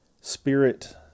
Spirit